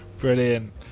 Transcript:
Brilliant